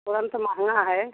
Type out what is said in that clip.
तुवन तो महँगा है